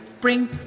bring